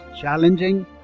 challenging